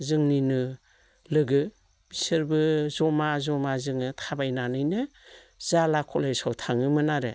जोंनिनो लोगो बिसोरबो जमा जमा जोङो थाबायनानैनो जाला कलेजाव थाङोमोन आरो